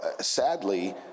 sadly